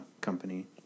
company